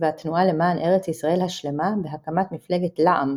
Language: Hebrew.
והתנועה למען ארץ ישראל השלמה בהקמת מפלגת לע"ם,